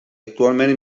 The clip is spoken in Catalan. actualment